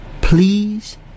Please